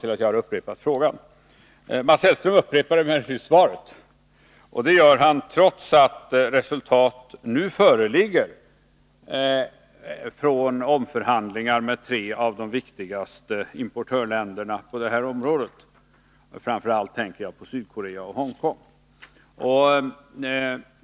Mats Hellström upprepar emellertid svaret — och det gör han trots att resultat nu föreligger från omförhandlingar med tre av de viktigaste importörländerna på det här området. Jag tänker framför allt på Sydkorea och Hongkong.